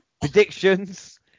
predictions